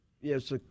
Yes